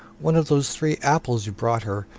one of those three apples you brought her,